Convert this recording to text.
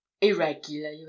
irregular